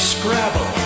Scrabble